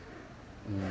mm